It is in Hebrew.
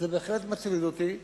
זה בהחלט מטריד אותי.